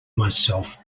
myself